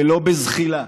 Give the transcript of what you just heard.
ולא בזחילה,